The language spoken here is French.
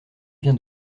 vient